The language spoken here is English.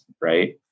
right